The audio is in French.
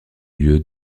lieu